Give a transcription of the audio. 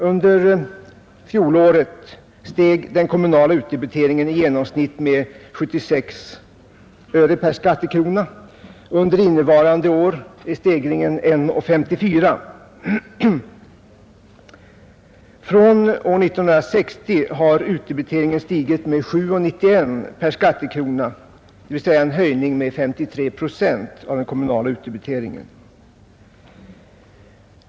Under fjolåret steg den kommunala utdebiteringen i genomsnitt med 0:76 per skattekrona och under innevarande år med 1:54, Från år 1960 har utdebiteringen stigit med 7:91 per skattekrona, dvs. en höjning med 53 procent av den kommunala utdebiteringen.